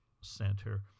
Center